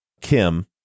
Kim